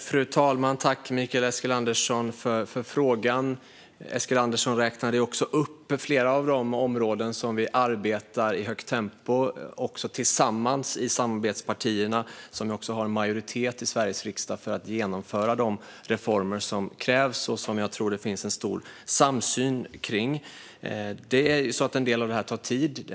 Fru talman! Tack, Mikael Eskilandersson, för frågan! Eskilandersson räknade upp flera av de områden där vi arbetar i högt tempo tillsammans i samarbetspartierna, som också har majoritet i Sveriges riksdag för att genomföra de reformer som krävs och som jag tror att det finns stor samsyn kring. Det är ju så att en del av detta tar tid.